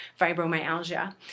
fibromyalgia